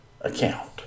account